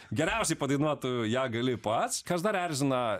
geriausiai padainuot tu ją gali pats kas dar erzina